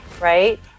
right